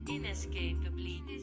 Inescapably